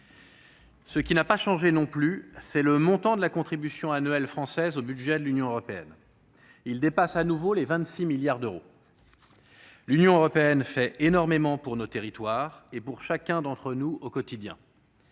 Ce qui n'a pas changé non plus, c'est le montant de la contribution annuelle française au budget de l'Union, qui dépasse à nouveau les 26 milliards d'euros. L'Union européenne fait énormément pour nos territoires et pour chacun d'entre nous au quotidien,